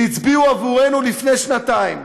שהצביעו עבורנו לפני שנתיים,